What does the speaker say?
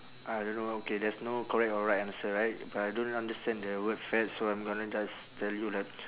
I don't know okay there's no correct or right answer right but I don't understand the word fad so I'm gonna just tell you like